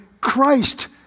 Christ